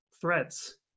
threats